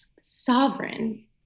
sovereign